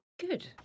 Good